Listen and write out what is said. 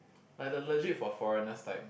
like the legit for foreigners type